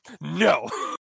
No